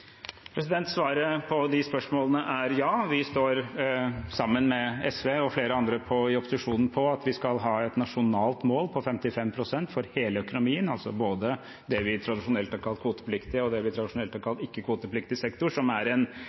Svaret på de spørsmålene er ja. Vi står sammen med SV og flere andre i opposisjonen om at vi skal ha et nasjonalt mål på 55 pst. for hele økonomien, altså både det vi tradisjonelt har kalt kvotepliktig sektor, og det vi har kalt ikke-kvotepliktig sektor, som er